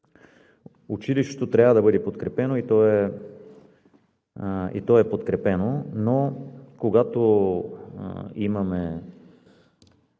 Училището трябва да бъде подкрепено и то е подкрепено, но когато имаме